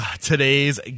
today's